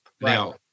Now